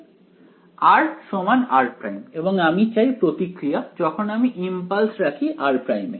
r r′ এবং আমি চাই প্রতিক্রিয়া যখন আমি ইমপালস রাখি r' এ